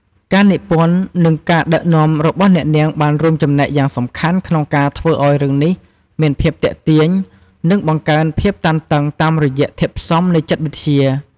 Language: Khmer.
ការនិពន្ធ និងការដឹកនាំរបស់អ្នកនាងបានរួមចំណែកយ៉ាងសំខាន់ក្នុងការធ្វើឱ្យរឿងនេះមានភាពទាក់ទាញ និងបង្កើនភាពតានតឹងតាមរយៈធាតុផ្សំនៃចិត្តវិទ្យា។